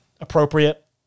appropriate